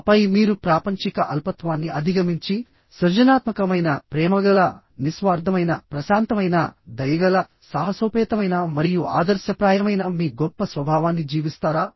ఆపై మీరు ప్రాపంచిక అల్పత్వాన్ని అధిగమించి సృజనాత్మకమైన ప్రేమగల నిస్వార్థమైన ప్రశాంతమైన దయగల సాహసోపేతమైన మరియు ఆదర్శప్రాయమైన మీ గొప్ప స్వభావాన్ని జీవిస్తారా